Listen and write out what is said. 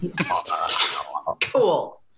Cool